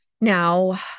Now